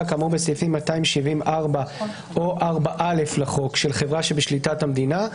כאמור בסעיפים 270(4) או 270(4א) לחוק של חברה שבשליטת המדינה,